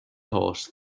thought